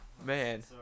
Man